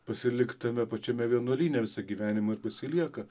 pasilikt tame pačiame vienuolyne visą gyvenimą ir pasilieka